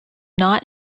not